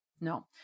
No